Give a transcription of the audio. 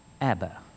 Abba